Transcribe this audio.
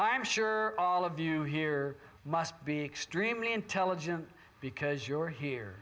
i'm sure all of you here must be extremely intelligent because you're here